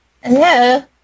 Hello